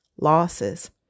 losses